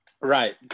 Right